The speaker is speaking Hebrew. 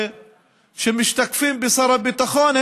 שמשתקפים בשר הביטחון,